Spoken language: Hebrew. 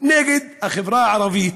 נגד החברה הערבית,